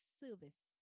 service